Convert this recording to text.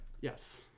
Yes